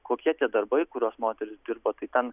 kokie tie darbai kuriuos moterys dirbo tai ten